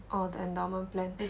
oh the endowment plan